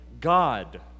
God